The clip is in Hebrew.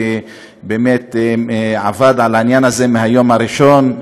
שבאמת עבד על העניין הזה מהיום הראשון,